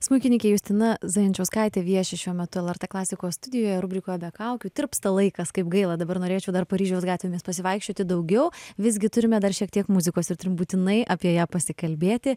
smuikininkė justina zajančauskaitė vieši šiuo metu lrt klasikos studijoje rubrikoje be kaukių tirpsta laikas kaip gaila dabar norėčiau dar paryžiaus gatvėmis pasivaikščioti daugiau visgi turime dar šiek tiek muzikos ir turim būtinai apie ją pasikalbėti